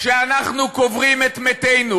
כשאנחנו קוברים את מתינו,